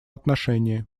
отношении